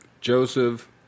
Joseph